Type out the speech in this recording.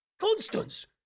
Constance